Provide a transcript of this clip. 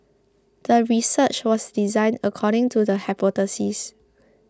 the research was designed according to the hypothesis